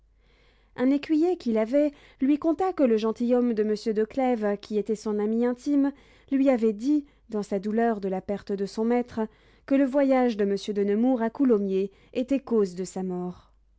un écuyer qu'il avait lui conta que le gentilhomme de monsieur de clèves qui était son ami intime lui avait dit dans sa douleur de la perte de son maître que le voyage de monsieur de nemours à coulommiers était cause de sa mort